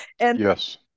Yes